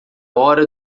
hora